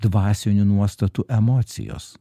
dvasinių nuostatų emocijos